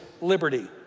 liberty